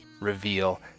reveal